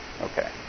Okay